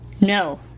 No